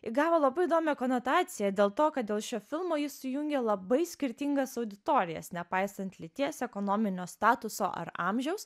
įgavo labai įdomią konotaciją dėl to kad dėl šio filmo jis jungia labai skirtingas auditorijas nepaisant lyties ekonominio statuso ar amžiaus